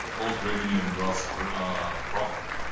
both revenue and gross for a profit.